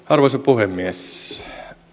arvoisa puhemies